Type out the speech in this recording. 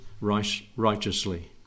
righteously